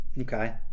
Okay